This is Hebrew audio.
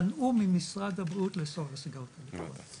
מנעו ממשרד הבריאות לאסור על הסיגריות האלקטרוניות.